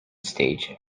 stage